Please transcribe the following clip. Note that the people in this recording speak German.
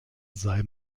sei